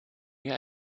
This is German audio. mir